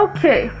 Okay